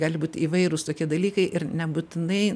gali būt įvairūs tokie dalykai ir nebūtinai